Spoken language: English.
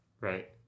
Right